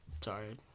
Sorry